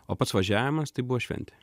o pats važiavimas tai buvo šventė